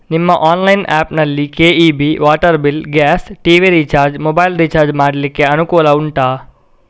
ನಿಮ್ಮ online app ನಲ್ಲಿ KEB, water bill, gas, TV recharge, mobile recharge ಮಾಡ್ಲಿಕ್ಕೆ ಅನುಕೂಲ ಉಂಟಾ